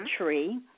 tree